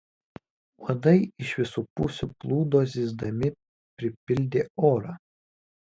uodai iš visų pusių plūdo zyzdami pripildė orą